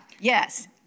Yes